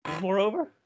Moreover